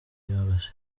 abasirikare